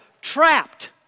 trapped